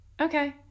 Okay